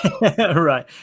Right